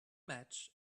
match